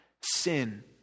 sin